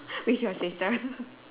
with your sister